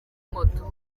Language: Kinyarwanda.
moto